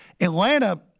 Atlanta